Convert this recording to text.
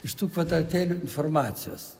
iš tų kvadratėlių informacijos